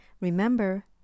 remember